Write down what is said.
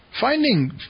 finding